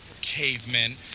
cavemen